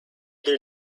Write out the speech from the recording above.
their